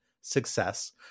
success